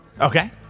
Okay